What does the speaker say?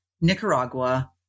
Nicaragua